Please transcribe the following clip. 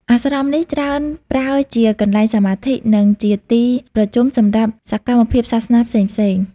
អាស្រមនេះច្រើនប្រើជាកន្លែងសមាធិ និងជាទីប្រជុំសម្រាប់សកម្មភាពសាសនាផ្សេងៗ។